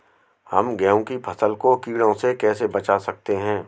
हम गेहूँ की फसल को कीड़ों से कैसे बचा सकते हैं?